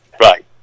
right